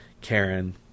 Karen